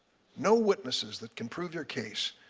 no witnesses that can prove your case,